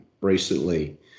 recently